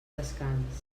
descans